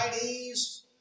Chinese